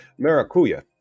Maracuya